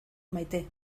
maite